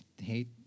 hate